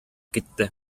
китте